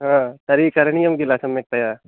हा तर्हि करणीयं किल सम्यक्तया